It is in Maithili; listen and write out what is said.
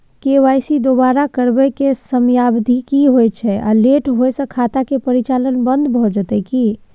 के.वाई.सी दोबारा करबै के समयावधि की होय छै आ लेट होय स खाता के परिचालन बन्द भ जेतै की?